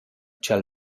cha’l